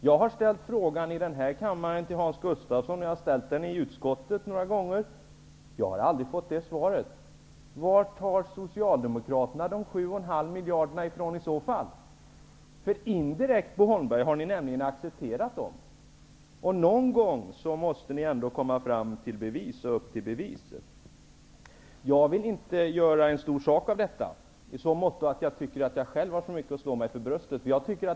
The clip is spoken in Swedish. Jag har ställt frågan i denna kammare till Hans Gustafsson, och jag har ställt den några gånger i utskottet, men jag har aldrig fått svar: Var tar Socialdemokraterna i annat fall de 7,5 miljarderna från? Indirekt, Bo Holmberg, har ni accepterat detta. Någon gång måste ni ändå komma upp till bevis. Jag vill inte göra en stor sak av detta i så måtto att jag själv tycker att jag har så mycket att slå mig för bröstet för.